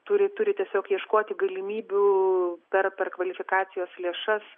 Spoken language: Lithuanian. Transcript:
turi turi tiesiog ieškoti galimybių per per kvalifikacijos lėšas